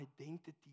identity